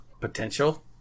potential